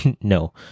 No